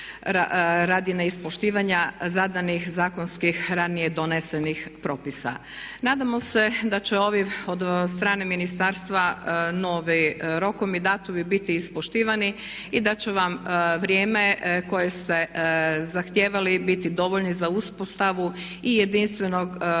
radi neispoštivanja zadanih zakonskih ranije donesenih propisa. Nadamo se da će ovi od strane ministarstva novi rokovi i datumi biti ispoštivani i da će vam vrijeme koje ste zahtijevali biti dovoljni za uspostavu i jedinstvenog